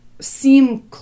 seem